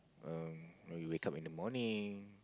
um when you wake up in the morning